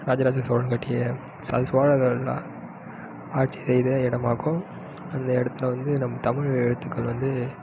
ராஜராஜ சோழன் கட்டிய சாரி சோழர்கள் ஆட்சி செய்த இடமாகும் அந்த இடத்துல வந்து நம் தமிழ் எழுத்துக்கள் வந்து